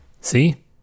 See